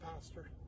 pastor